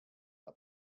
are